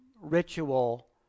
ritual